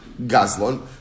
Gazlon